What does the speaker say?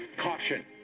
Caution